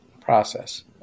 process